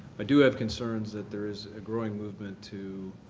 i do have concerns that there is a growing movement to